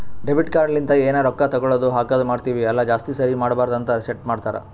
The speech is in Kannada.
ಡೆಬಿಟ್ ಕಾರ್ಡ್ ಲಿಂತ ಎನ್ ರೊಕ್ಕಾ ತಗೊಳದು ಹಾಕದ್ ಮಾಡ್ತಿವಿ ಅಲ್ಲ ಜಾಸ್ತಿ ಸರಿ ಮಾಡಬಾರದ ಅಂತ್ ಸೆಟ್ ಮಾಡ್ತಾರಾ